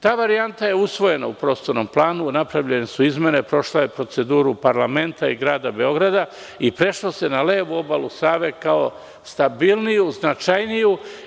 Ta varijanta je usvojena u prostornom planu, napravljene su izmene, prošla je procedure parlamenta i grada Beograda i prešlo se na levu obalu Save, kao stabilniju, značajniju.